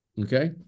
Okay